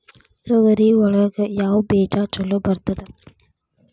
ತೊಗರಿ ಒಳಗ ಯಾವ ಬೇಜ ಛಲೋ ಬರ್ತದ?